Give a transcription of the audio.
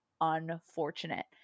unfortunate